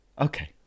Okay